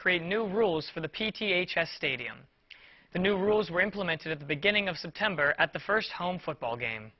create new rules for the p g a chess stadium the new rules were implemented at the beginning of september at the first home football game